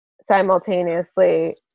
simultaneously